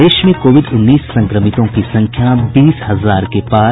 प्रदेश में कोविड उन्नीस संक्रमितों की संख्या बीस हजार के पार